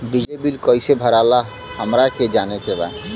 बिजली बिल कईसे भराला हमरा के जाने के बा?